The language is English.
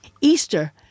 Easter